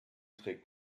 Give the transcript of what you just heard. trägt